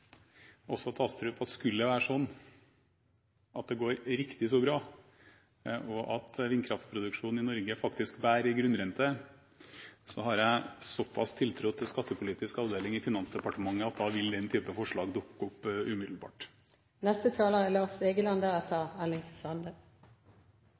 også til representanten Astrup – at skulle det være sånn at det går riktig så bra, og at vindkraftproduksjonen i Norge faktisk bærer en grunnrente, har jeg såpass tiltro til skattepolitisk avdeling i Finansdepartementet at jeg tror at den type forslag da vil dukke opp